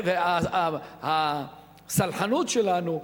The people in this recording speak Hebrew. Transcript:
הסלחנות שלנו,